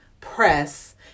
press